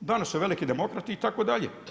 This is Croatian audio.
Danas su veliki demokrati itd.